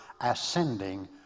ascending